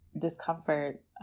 discomfort